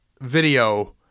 video